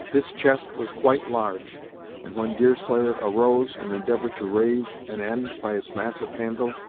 this chest was quite large and when deerslayer arose, and endeavored to raise an end by its massive handle,